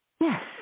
Yes